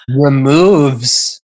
removes